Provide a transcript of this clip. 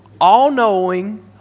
all-knowing